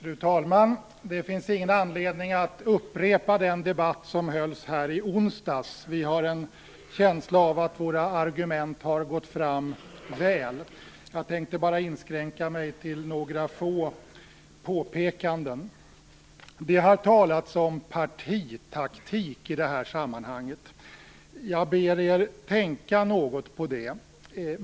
Fru talman! Det finns ingen anledning att upprepa den debatt som hölls här i onsdags. Vi har en känsla av att våra argument har gått fram väl. Jag tänker bara inskränka mig till några få påpekanden. Det har talats om partitaktik i det här sammanhanget. Jag ber er tänka något på det.